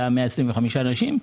כלומר 125 אנשים,